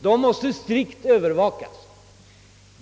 De måste strikt övervakas.